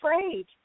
afraid